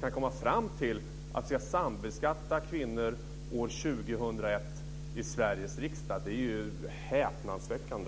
kan komma fram till att vi i Sveriges riksdag ska sambeskatta kvinnor år 2001. Det är häpnadsväckande.